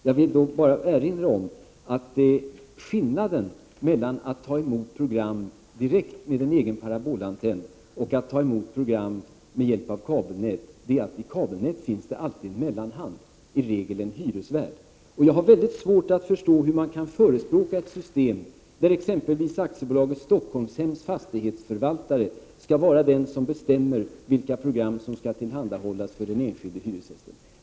Jag vill bara erinra om skillnaden mellan att ta emot program direkt med en egen parabolantenn och att ta emot program med hjälp av kabelnät är att det vid kabelnätsmottagning alltid finns en mellanhand, i regel en hyresvärd. Jag har mycket svårt att förstå hur man kan förespråka ett sådant system, enligt vilket exempelvis AB Stockholmshems fastighetsförvaltare skall vara den som bestämmer vilka program som skall tillhandahållas den enskilde hyresgästen.